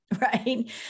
right